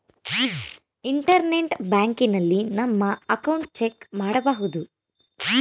internet ಬ್ಯಾಂಕಿನಲ್ಲಿ ನಮ್ಮ account check ಮಾಡಬಹುದು